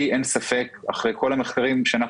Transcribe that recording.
לי אין ספק אחרי כל המחקרים שעשינו